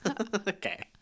Okay